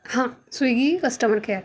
हां Swiggy customer care